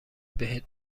بهت